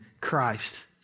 Christ